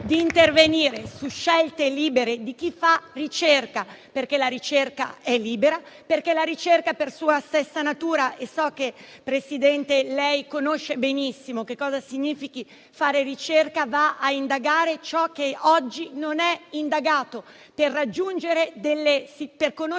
di intervenire su scelte libere di chi fa ricerca, perché la ricerca è libera e per sua stessa natura (signora Presidente, so che lei sa benissimo cosa significhi fare ricerca) va a indagare ciò che oggi non è indagato, per conoscere